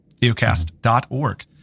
theocast.org